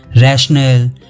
rational